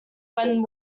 when